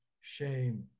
shame